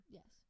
Yes